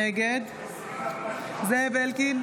נגד זאב אלקין,